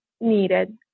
needed